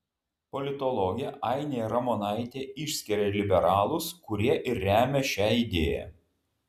politologė ainė ramonaitė išskiria liberalus kurie ir remia šią idėją